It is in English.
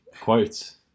quotes